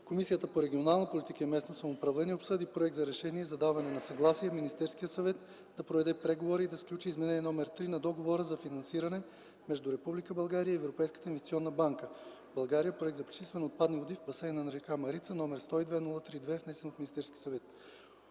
Комисията по регионална политика и местно самоуправление обсъди Проект за решение за даване на съгласие Министерският съвет да проведе преговори и да сключи Изменение № 3 на Договора за финансиране между Република България и Европейската инвестиционна банка (България – проект за пречистване на отпадъчни води в басейна на река Марица), № 102-03-2, внесен от Министерския съвет.